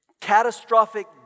catastrophic